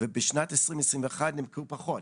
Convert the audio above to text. ובשנת 2021 נמכרו פחות,